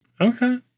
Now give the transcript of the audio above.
okay